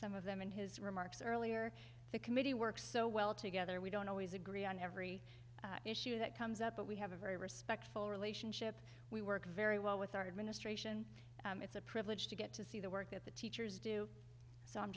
some of them in his remarks earlier the committee works so well together we don't always agree on every issue that comes up but we have a very respectful relationship we work very well with our administration it's a privilege to get to see the work that the teachers do so i'm